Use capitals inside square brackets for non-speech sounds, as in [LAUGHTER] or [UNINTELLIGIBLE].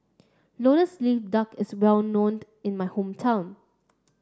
lotus leaf duck is well known [UNINTELLIGIBLE] in my hometown